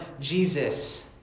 Jesus